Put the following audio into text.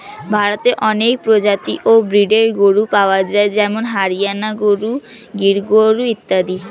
ভারতে অনেক প্রজাতি ও ব্রীডের গরু পাওয়া যায় যেমন হরিয়ানা গরু, গির গরু ইত্যাদি